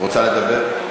רוצה לדבר?